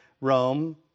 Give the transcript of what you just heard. Rome